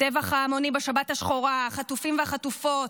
הטבח ההמוני בשבת השחורה, החטופים והחטופות,